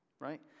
right